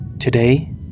Today